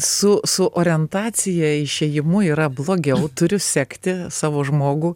su su orientacija išėjimu yra blogiau turiu sekti savo žmogų